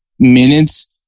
minutes